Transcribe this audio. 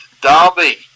derby